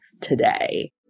today